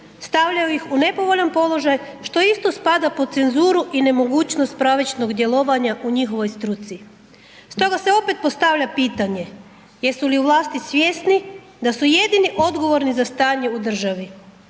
Stavljaju ih u nepovoljan položaj što isto spada pod cenzuru i nemogućnost pravičnog djelovanja u njihovoj struci. Stoga se opet postavlja pitanje, jesu li u vlasti svjesni da su jedini odgovorni za stanje u državi?